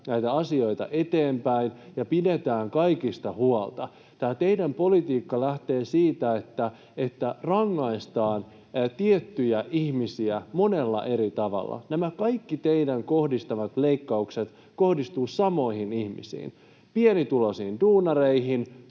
näitä asioita eteenpäin ja pidetään kaikista huolta. Tämä teidän politiikkanne lähtee siitä, että rangaistaan tiettyjä ihmisiä monella eri tavalla. Nämä kaikki teidän kohdistamanne leikkaukset kohdistuvat samoihin ihmisiin, pienituloisiin duunareihin,